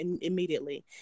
immediately